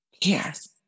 Yes